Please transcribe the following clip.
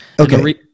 Okay